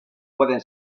pueden